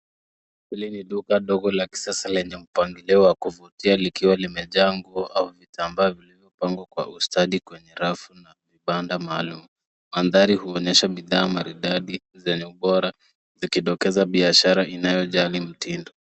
Hili ni duka dogo la kisasa lenye mpangilio wa kuvutia likiwa limejaa nguo au vitambaa vilivyopangwa kwa ustadi kwenye rafu na vibanda maalum. Mandhari huonyesha bidhaa maridadi zenye ubora, zikidokeza biashara inayojali mtindo.